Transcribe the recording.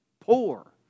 poor